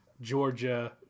Georgia